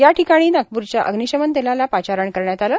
या ठिकाणी नागपूरच्या अग्निशमन दलाला पाचारण करण्यात आलं